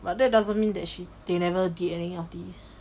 but that doesn't mean that she they never did any of these